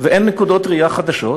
ואין נקודות רעייה חדשות,